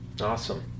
Awesome